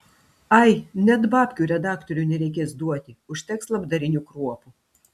ai net babkių redaktoriui nereikės duoti užteks labdarinių kruopų